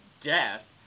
death